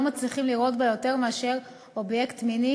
מצליחים לראות בה יותר מאשר אובייקט מיני,